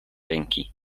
ręki